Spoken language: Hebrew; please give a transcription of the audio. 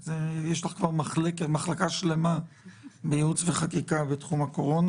יש לך כבר מחלקה שלמה בייעוץ וחקיקה בתחום הקורונה,